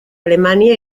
alemania